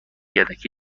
یدکی